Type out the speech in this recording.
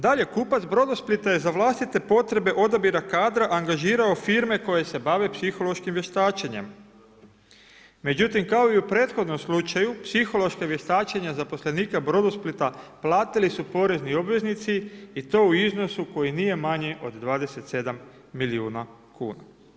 Dalje, kupac Brodosplita je za vlastite potrebe odabira kadra angažirao firme koje se bave psihološkim vještačenjem, međutim kao i u prethodnom slučaju psihološka vještačenja zaposlenika Brodosplita platili su porezni obveznici i to u iznosu koji nije manji od 27 milijuna kuna.